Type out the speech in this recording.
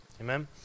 Amen